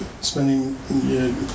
spending